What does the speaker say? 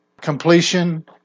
Completion